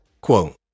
Quote